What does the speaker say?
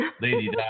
Lady